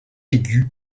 aiguë